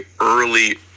early